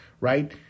Right